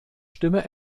stimme